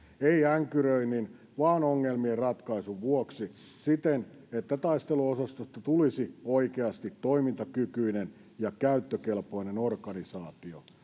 änkyröinnin vaan ongelmien ratkaisun vuoksi siten että taisteluosastosta tulisi oikeasti toimintakykyinen ja käyttökelpoinen organisaatio